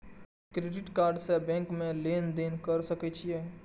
Credit card से bank में लेन देन कर सके छीये?